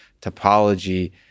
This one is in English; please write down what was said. topology